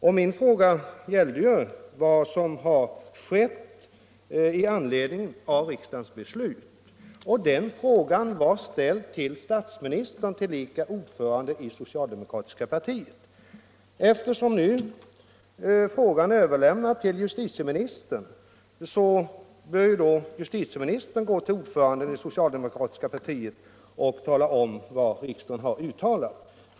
Min interpellation gällde ju vad som har skett i anledning av riksdagens beslut, och den var framställd till statsministern, tillika ordförande i det socialdemokratiska partiet. Eftersom nu frågan är överlämnad till justitieministern bör justitieministern gå till ordföranden i det socialdemokratiska partiet och tala om vad riksdagen har uttalat.